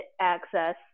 access